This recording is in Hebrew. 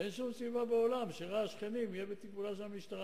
אין שום סיבה בעולם שרעש שכנים יהיה בטיפולה של המשטרה,